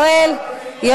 אין שר במליאה, אז אין דיון.